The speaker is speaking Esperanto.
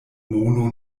mono